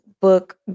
book